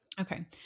Okay